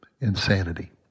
insanity